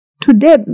Today